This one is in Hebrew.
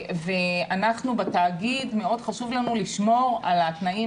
מאוד חשוב לנו בתאגיד לשמור על התנאים